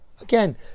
Again